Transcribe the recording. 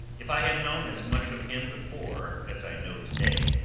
if i had known as much of him before as i know to-day,